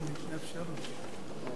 נתקבלה.